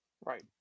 Right